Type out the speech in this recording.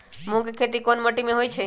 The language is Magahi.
मूँग के खेती कौन मीटी मे होईछ?